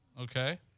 Okay